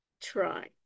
try